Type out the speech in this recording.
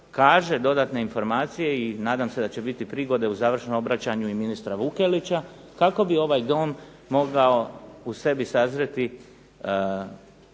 kaže dodatne informacije i nadam se da će biti prigode u završnom obraćanju i ministra Vukelića kako bi ovaj Dom mogao u sebi sazreti